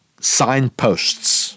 signposts